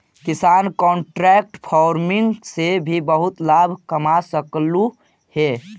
किसान contract farming से भी बहुत लाभ कमा सकलहुं हे